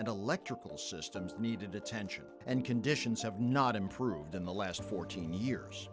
electrical systems needed attention and conditions have not improved in the last fourteen years